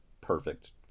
perfect